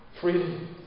Freedom